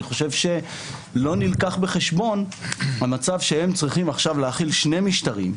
אני חושב שלא נלקח בחשבון המצב שהם צריכים עכשיו להחיל שני משטרים.